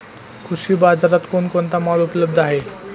कृषी बाजारात कोण कोणता माल उपलब्ध आहे?